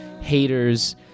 haters